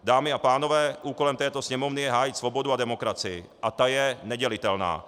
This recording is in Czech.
Dámy a pánové, úkolem této Sněmovny je hájit svobodu a demokracii a ta je nedělitelná.